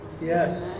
Yes